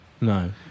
No